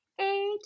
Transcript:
Eight